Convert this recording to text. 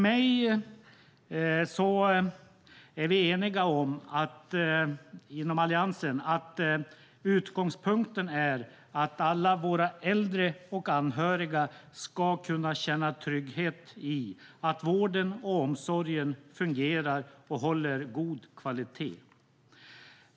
Vi är inom Alliansen eniga om att utgångspunkten är att alla våra äldre och anhöriga ska kunna känna trygghet i att vården och omsorgen fungerar och håller god kvalitet.